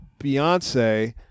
beyonce